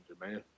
man